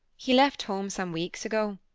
he left home some weeks ago.